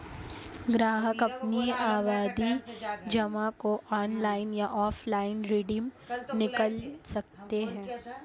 ग्राहक अपनी सावधि जमा को ऑनलाइन या ऑफलाइन रिडीम निकाल सकते है